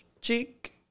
cheek